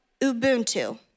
Ubuntu